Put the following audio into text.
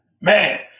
Man